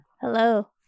hello